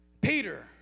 Peter